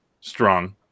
strong